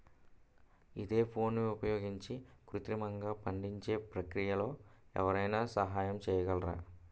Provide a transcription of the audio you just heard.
ఈథెఫోన్ని ఉపయోగించి కృత్రిమంగా పండించే ప్రక్రియలో ఎవరైనా సహాయం చేయగలరా?